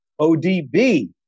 ODB